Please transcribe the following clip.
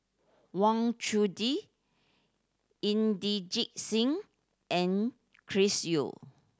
Wang Chunde Inderjit Singh and Chris Yeo